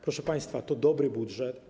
Proszę państwa, to dobry budżet.